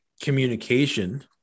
communication